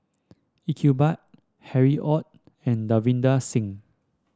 Iqbal Harry Ord and Davinder Singh